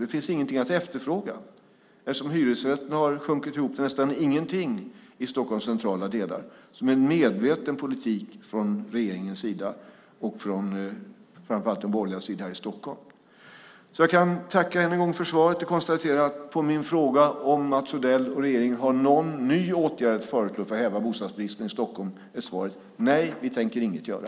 Det finns ingenting att efterfråga eftersom hyresrätterna har sjunkit ihop till nästan ingenting i Stockholms centrala delar som en medveten politik från regeringens sida och från framför allt de borgerligas sida här i Stockholm. Jag kan tacka än en gång för svaret och konstatera att på min fråga om Mats Odell och regeringen har någon ny åtgärd att föreslå för att häva bostadsbristen i Stockholm är svaret: Nej, vi tänker inget göra.